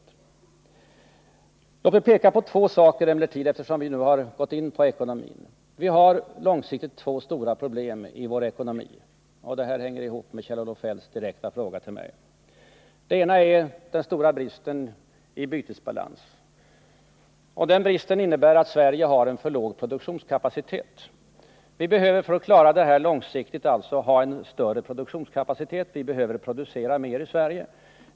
Låt mig emellertid peka på två saker, eftersom vi nu gått in på ekonomin. Vi har — och det här hänger ihop med Kjell-Olof Feldts direkta fråga till mig — långsiktigt två stora problem i vår ekonomi. Det ena är den stora bristen i bytesbalansen. Den bristen innebär att Sverige har för låg produktionskapacitet. För att klara detta långsiktigt behöver vi producera mer i Sverige.